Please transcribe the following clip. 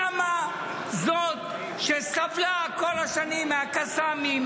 למה זאת שסבלה כל השנים מהקסאמים,